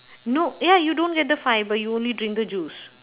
no ya you don't get the fibre you only drink the juice